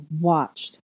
watched